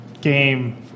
game